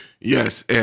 Yes